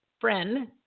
friend